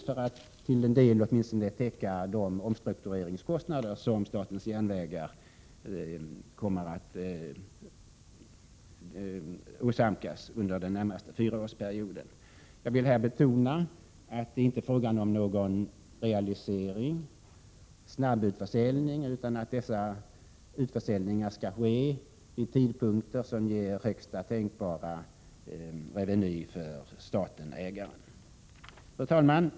Därigenom kan man åtminstone till en del täcka de omstruktureringskostnader som statens järnvägar kommer att åsamkas under den närmaste fyraårsperioden. Jag yrkar bifall även till den reservationen. Jag vill betona att det inte är fråga om någon snabbutförsäljning, utan utförsäljningarna skall ske vid sådana tidpunkter att staten-ägaren får högsta tänkbara reveny. Fru talman!